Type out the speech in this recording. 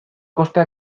kosta